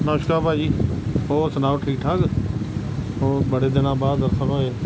ਨਮਸਕਾਰ ਭਾਅ ਜੀ ਹੋਰ ਸੁਣਾਓ ਠੀਕ ਠਾਕ ਹੋਰ ਬੜੇ ਦਿਨਾਂ ਬਾਅਦ ਦਰਸ਼ਨ ਹੋਏ